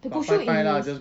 the kusu is